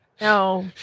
No